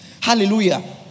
Hallelujah